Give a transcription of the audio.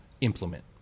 implement